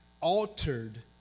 altered